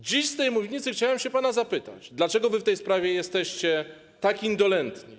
Dziś z tej mównicy chciałem się pana zapytać: Dlaczego wy w tej sprawie jesteście tak indolentni?